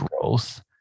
growth